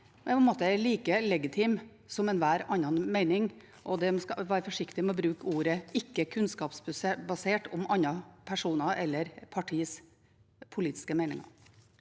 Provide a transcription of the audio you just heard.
meningen er like legitim som enhver annen mening, og en skal være forsiktig med å bruke ordene «ikke kunnskapsbasert» om andre personers eller partiers politiske meninger.